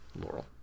Laurel